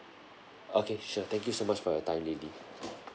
okay sure thank you so much for your time lily